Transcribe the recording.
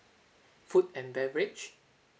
food and beverage